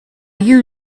you